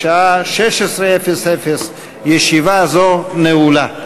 בשעה 16:00. ישיבה זו נעולה.